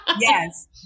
Yes